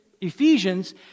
Ephesians